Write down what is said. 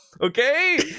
Okay